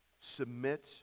submit